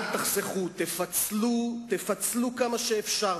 אל תחסכו, תפצלו כמה שאפשר.